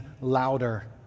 louder